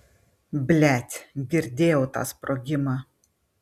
blet girdėjau tą sprogimą